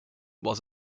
was